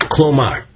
Klomar